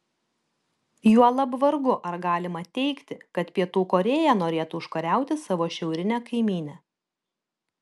juolab vargu ar galima teigti kad pietų korėja norėtų užkariauti savo šiaurinę kaimynę